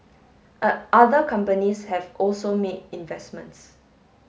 other companies have also made investments